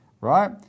right